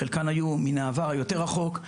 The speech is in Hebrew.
חלקן היו מן העבר היותר הרחוק,